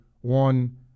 One